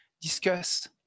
discuss